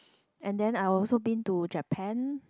and then I also been to Japan